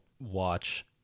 watch